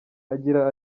agira